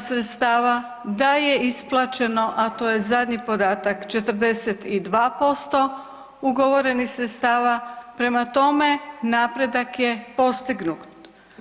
sredstava, da je isplaćeno, a to je zadnji podatak 42% ugovorenih sredstava, prema tome napredak je postignut.